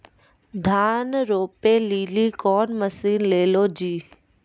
धान रोपे लिली कौन मसीन ले लो जी?